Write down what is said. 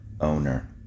owner